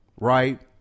right